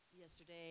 yesterday